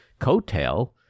coattail